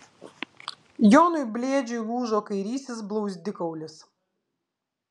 jonui blėdžiui lūžo kairysis blauzdikaulis